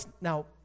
now